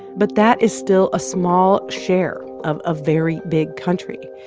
but that is still a small share of a very big country.